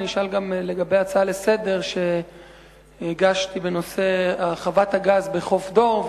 אני אשאל גם לגבי ההצעה לסדר-היום שהגשתי בנושא חוות הגז בחוף דור,